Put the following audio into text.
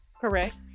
Correct